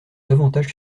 davantage